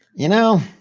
you know,